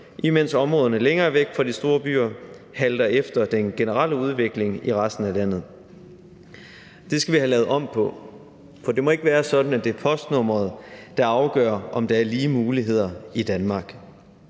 imens områderne længere væk fra de store byer halter efter den generelle udvikling i resten af landet. Det skal vi have lavet om på, for det må ikke være sådan, at det er postnummeret, der afgør, om der er lige muligheder i Danmark.